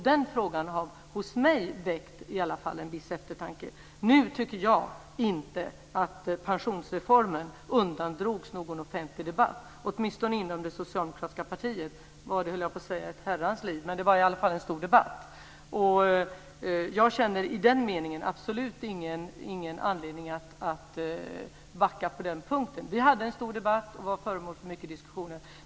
Den frågan har hos mig väckt i alla fall en viss eftertanke. Nu tycker jag inte att pensionsreformen undandrogs någon offentlig debatt. Åtminstone inom det socialdemokratiska partiet var det - jag höll på att säga ett Herrans liv - en stor debatt. Jag känner i den meningen absolut ingen anledning att backa på den punkten. Vi hade en stor debatt, frågan var föremål för mycket diskussioner.